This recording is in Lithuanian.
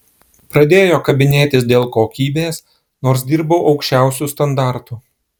pradėjo kabinėtis dėl kokybės nors dirbau aukščiausiu standartu